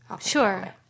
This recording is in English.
Sure